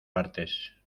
partes